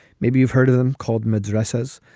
maybe you've heard of them called madrassas.